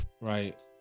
right